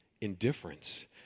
indifference